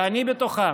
ואני בתוכם,